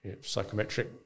psychometric